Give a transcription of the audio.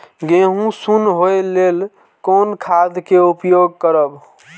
गेहूँ सुन होय लेल कोन खाद के उपयोग करब?